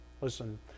Listen